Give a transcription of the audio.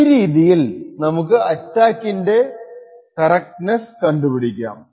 ഈ രീതിയിൽ നമുക്ക് അറ്റാക്കിന്റെ കറക്ട്നെസ്സ് കണ്ടുപിടിക്കാം